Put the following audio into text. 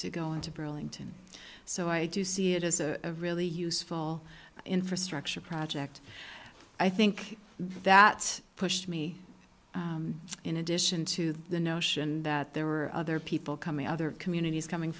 to go into burlington so i do see it as a really useful infrastructure project i think that pushed me in addition to the notion that there were other people coming other communities coming